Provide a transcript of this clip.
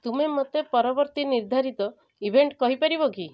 ତୁମେ ମୋତେ ପରବର୍ତ୍ତୀ ନିର୍ଧାରିତ ଇଭେଣ୍ଟ କହିପାରିବ କି